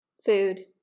Food